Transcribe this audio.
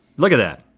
look at that.